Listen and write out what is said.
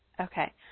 Okay